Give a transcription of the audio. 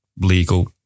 legal